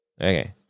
okay